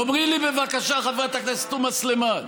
תאמרי לי, בבקשה, חברת הכנסת תומא סלימאן,